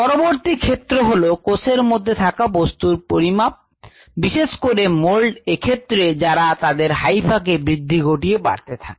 পরবর্তী ক্ষেত্র হলো কোষের মধ্যে থাকা বস্তুর পরিমাপ বিশেষ করে মোল্ডের ক্ষেত্রে যারা কোষের বিভাজন না ঘটিয়ে তাদের হাইফার বৃদ্ধির মাধ্যমে বাড়তে থাকে